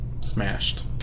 smashed